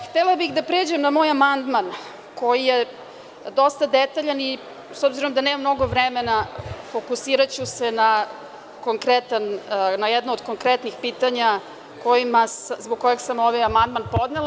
Htela bih da pređem na moj amandman, koji je dosta detaljan i s obzirom da nemam dosta vremena, fokusiraću se na jedno od konkretnih pitanja zbog kojeg sam ovaj amandman podnela.